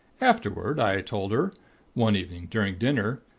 afterward, i told her one evening during dinner,